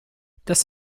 das